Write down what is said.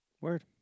word